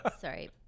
Sorry